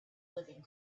living